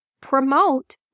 promote